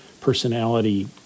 personality